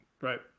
Right